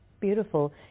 Beautiful